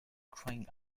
crying